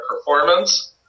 performance